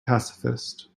pacifist